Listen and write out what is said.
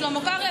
שלמה קרעי,